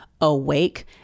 awake